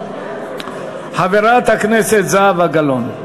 חברת הכנסת זהבה גלאון,